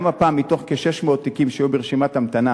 גם הפעם, מתוך כ-600 תיקים שהיו ברשימת המתנה